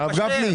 התפשר.